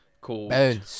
called